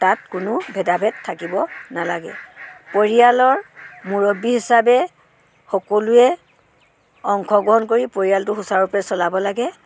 তাত কোনো ভেদাভেদ থাকিব নালাগে পৰিয়ালৰ মুৰব্বী হিচাপে সকলোৱে অংশগ্ৰহণ কৰি পৰিয়ালটো সুচাৰুৰূপে চলাব লাগে